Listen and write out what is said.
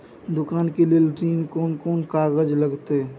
दुकान के लेल ऋण कोन कौन कागज लगतै?